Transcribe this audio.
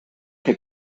que